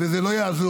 וזה לא יעזור,